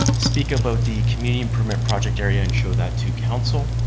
speak about the community improvement project area and show that to council,